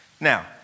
Now